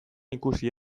ikusi